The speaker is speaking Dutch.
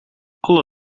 alle